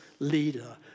Leader